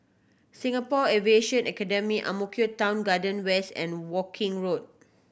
Singapore Aviation Academy Ang Mo Kio Town Garden West and Woking Road